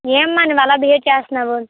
ఏమ్మా నువ్వు అలా బిహేవ్ చేస్తున్నావు